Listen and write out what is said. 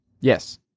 Yes